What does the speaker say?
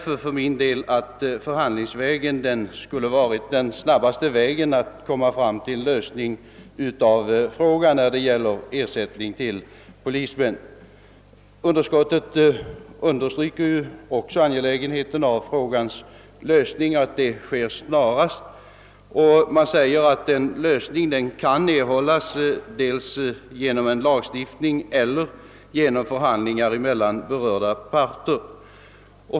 För min del anser jag därför att den snabbaste vägen att komma fram till en lösning av frågan om ersättning till polisman för kroppsskada hade varit att inleda förhandlingar: Också utskottet understryker angelägenheten av att frågan snarast får en lösning och uttalar därvid att en sådan kan erhållas genom lagstiftning eller genom förhandlingar mellan berörda parter.